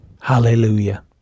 Hallelujah